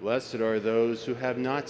that are those who have not